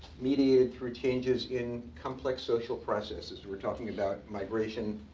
mediated through changes in complex social processes. we're talking about migration,